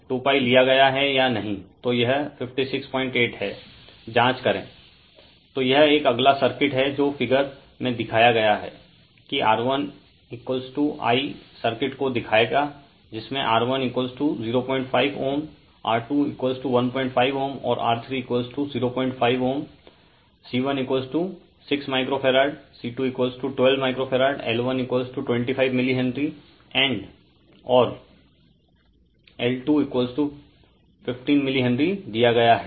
2π लिया गया है या नहींतो यह 568 हैं जाँच करें रेफेर टाइम 0445 तो यह एक अगला सर्किट हैं जो फिगर में दिखाया गया हैं कि R1I सर्किट को दिखायेगा जिसमें R105Ω R215Ω और R305ΩC16µF C212µF L125 मिली हेनरीऔर L2 15 मिली हेनरी दिया गया हैं